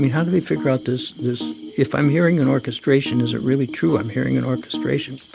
mean, how do they figure out this this if i'm hearing an orchestration, is it really true i'm hearing an orchestration?